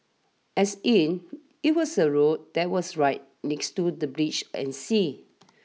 as in it was a road that was right next to the breach and sea